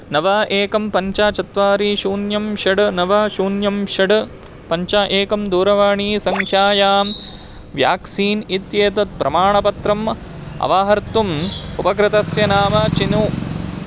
नव एकं पञ्च चत्वारि शून्यं षड् नव शून्यं षड् पञ्च एकं दूरवाणीसङ्ख्यायां व्याक्सीन् इत्येतत् प्रमाणपत्रम् अवाहर्तुम् उपकृतस्य नाम चिनु